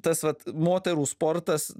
tas vat moterų sportas